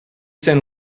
send